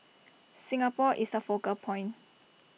Singapore is A focal point